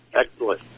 excellent